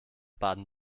baden